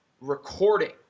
recording